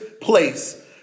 place